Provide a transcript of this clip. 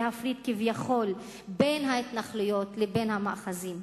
להפריד כביכול בין ההתנחלויות לבין המאחזים.